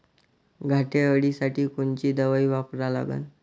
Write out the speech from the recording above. घाटे अळी साठी कोनची दवाई वापरा लागन?